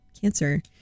cancer